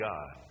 God